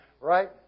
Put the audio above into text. Right